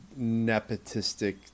nepotistic